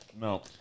No